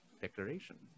declaration